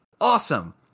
Awesome